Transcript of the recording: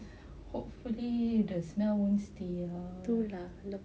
hopefully the smell won't stay lah